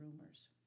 rumors